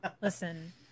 Listen